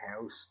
house